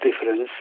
difference